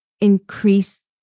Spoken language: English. increase